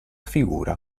figura